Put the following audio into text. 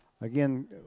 Again